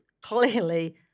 clearly